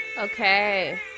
Okay